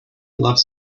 loves